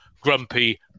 grumpy